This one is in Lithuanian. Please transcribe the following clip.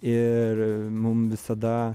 ir mum visada